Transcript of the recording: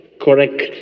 correct